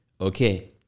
okay